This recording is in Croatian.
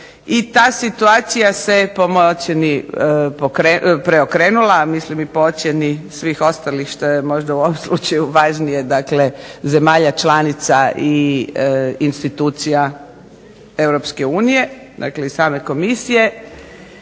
i ta situacija se po mojoj ocjeni preokrenula i po ocjeni svih ostalih, što je u ovom slučaju važnije dakle, zemalja članica i institucija Europske unije, dakle i same Komisije